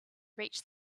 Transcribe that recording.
reached